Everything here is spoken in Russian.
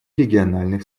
региональных